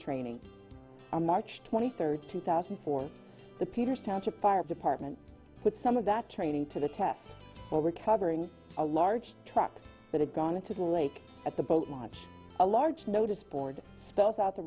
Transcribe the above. training on march twenty third two thousand for the peters township fire department with some of that training to the test for recovering a large truck that had gone into the lake at the boat much a large notice board spells out the